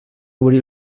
obrir